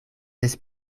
des